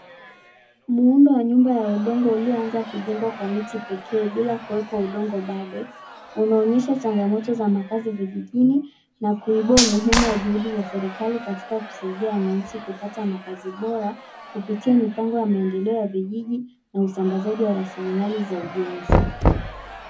Muundo wa nyumba ya udongo ulioanza kujengwa kwa miti pekee, bila kuwekwa udongo bado, unaonyesha changamoto za makazi vijijini, na kuibua umuhimu wa juhudi za serikali katika kusaidia wananchi kupata makazi bora, kupitia mipango ya maendeleo ya vijiji na usambazaji wa rasilimali za ujenzi.